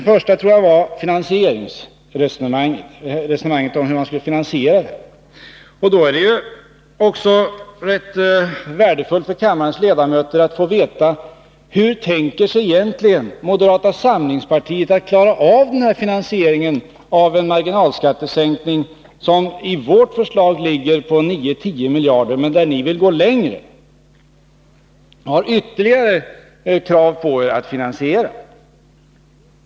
Jag tror att den första gällde resonemanget om finansieringen av marginalskattesänkningen. Det är rätt värdefullt för kammarens ledamöter att få veta hur moderata samlingspartiet egentligen tänker klara av finansieringen av en marginalskattesänkning, som i vårt förslag ligger på en kostnad om ca 9-10 miljarder men där ni vill gå ännu längre. Ni har ytterligare krav på er att finansiera.